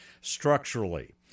structurally